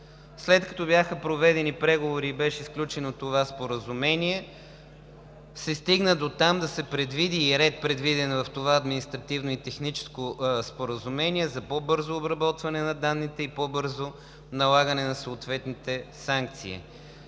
След като бяха проведени преговори и беше сключено това споразумение, се стигна дотам да се предвиди и ред, предвиден в това Административно и техническо споразумение, за по-бързо обработване на данните и по-бързо налагане на съответните санкции.